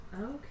Okay